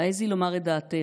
העזי לומר את דעתך,